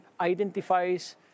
identifies